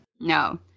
No